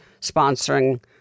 sponsoring